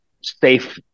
safe